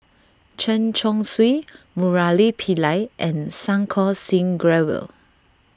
Chen Chong Swee Murali Pillai and Santokh Singh Grewal